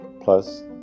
plus